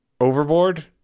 Overboard